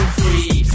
free